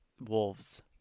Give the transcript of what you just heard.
Wolves